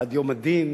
עד יום הדין,